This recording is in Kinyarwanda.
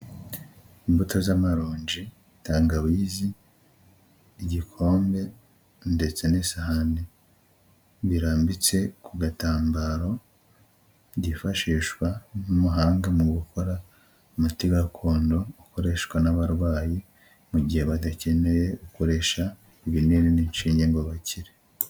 Imbuto z'amaronji, tangawizi, igikombe ndetse n'isahani, birambitse ku gatambaro, byifashishwa n'umuhanga mu gukora umuti gakondo, ukoreshwa n'abarwayi, mu gihe badakeneye gukoresha ibinini n'inshinge ngo bakire.